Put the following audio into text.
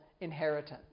inheritance